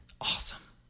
awesome